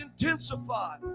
intensify